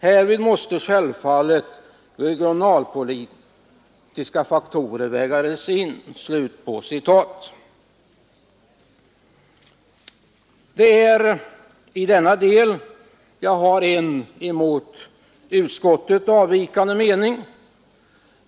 Härvid måste självfallet regionalpolitiska faktorer vägas Er Det är i denna del jag har en från utskottet avvikande mening.